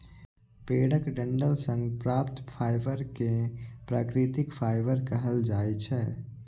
पेड़क डंठल सं प्राप्त फाइबर कें प्राकृतिक फाइबर कहल जाइ छै